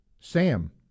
Sam